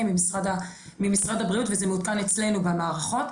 ממשרד הבריאות וזה מעודכן אצלנו במערכות.